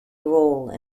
role